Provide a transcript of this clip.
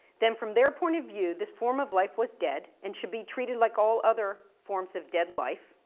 then from their point of view, this form of life was dead, and should be treated like all other forms of dead life.